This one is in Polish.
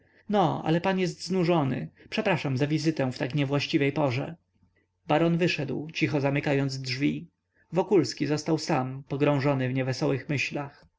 no ale pan jest znużony przepraszam za wizytę w tak niewłaściwej porze baron wyszedł cicho zamykając drzwi wokulski został sam pogrążony w niewesołych myślach